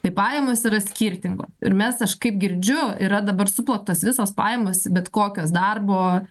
tai pajamos yra skirtingo ir mes aš kai girdžiu yra dabar suplaktos visos pajamos į bet kokios darbo